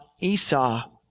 Esau